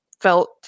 felt